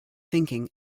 thinking